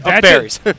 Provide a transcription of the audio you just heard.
berries